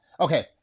okay